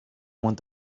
want